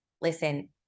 listen